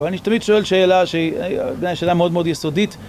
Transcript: אבל אני תמיד שואל שאלה, שאלה מאוד מאוד יסודית